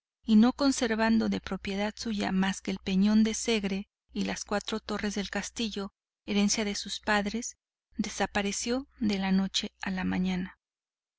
y no conservando de propiedad suya más que el peñón del segre y las cuatro torres del castillo herencia de sus padres desapareció de la noche a la mañana